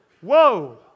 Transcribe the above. Whoa